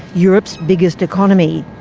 europe's biggest economy.